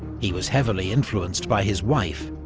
he was heavily influenced by his wife,